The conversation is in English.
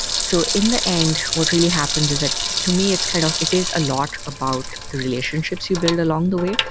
so in the end, what really happens is that to me kind of it is a lot about the relationships you build along the way,